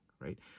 right